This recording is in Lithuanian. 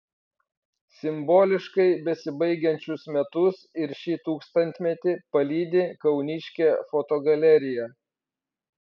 simboliškai besibaigiančius metus ir šį tūkstantmetį palydi kauniškė fotogalerija